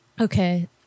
Okay